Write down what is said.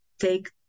take